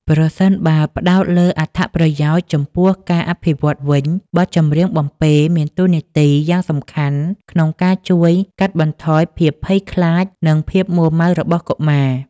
ប្រសិនបើផ្ដោតលើអត្ថប្រយោជន៍ចំពោះការអភិវឌ្ឍវិញ បទចម្រៀងបំពេមានតួនាទីយ៉ាងសំខាន់ក្នុងការជួយកាត់បន្ថយភាពភ័យខ្លាច និងភាពមួរម៉ៅរបស់កុមារ។